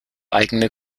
eigene